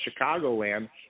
Chicagoland